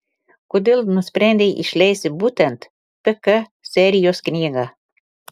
kodėl nusprendei išleisti būtent pk serijos knygą